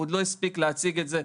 הוא עוד לא הספיק להציג את זה.